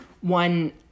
one